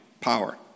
power